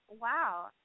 wow